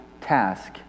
task